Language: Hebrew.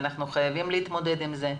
ואנחנו חייבים להתמודד עם זה,